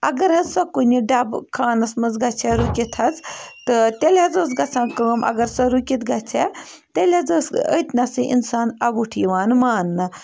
اَگر حظ سۄ کُنہِ ڈَبہٕ خانَس منٛز گژھِ ہا رُکِتھ حظ تہٕ تیٚلہِ حظ ٲس گژھان کٲم اگر سۄ رُکِتھ گژھِ ہا تیٚلہِ حظ اوس أتۍنَسٕے اِنسان آوُٹ یِوان مانٛنہٕ